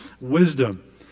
wisdom